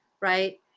right